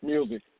Music